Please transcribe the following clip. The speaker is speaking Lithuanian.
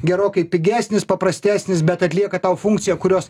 gerokai pigesnis paprastesnis bet atlieka tą funkciją kurios